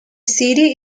city